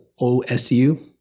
OSU